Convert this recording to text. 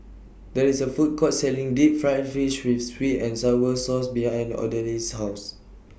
There IS A Food Court Selling Deep Fried Fish with Sweet and Sour Sauce behind Odalys' House